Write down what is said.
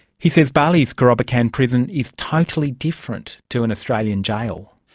he says bali's kerobokan prison is totally different to an australian jail.